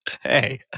Hey